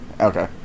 Okay